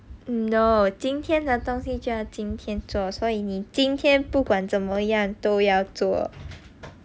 no 今天的东西就要今天做所以你今天不管怎么样都要做